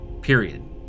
Period